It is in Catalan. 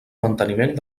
manteniment